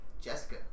Jessica